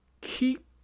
keep